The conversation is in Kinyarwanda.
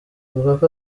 lukaku